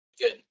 Good